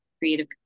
creative